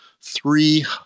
three